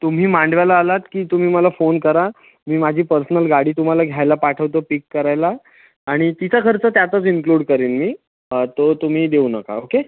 तुम्ही मांडव्याला आलात की तुम्ही मला फोन करा मी माझी पर्सनल गाडी तुम्हाला घ्यायला पाठवतो पिक करायला आणि तिचा खर्च त्यातच इन्क्ल्यूड करेन मी तो तुम्ही देऊ नका ओके